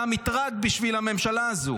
אתה מטרד בשביל הממשלה הזאת